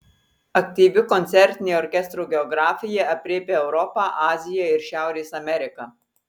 aktyvi koncertinė orkestro geografija aprėpia europą aziją ir šiaurės ameriką